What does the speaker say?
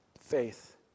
Faith